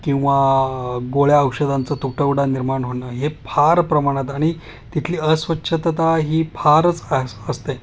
किंवा गोळ्या औषधांचं तुटवडा निर्माण होणं हे फार प्रमाणात आणि तिथली अस्वच्छतता ही फारच अस असते